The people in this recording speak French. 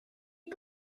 les